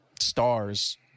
stars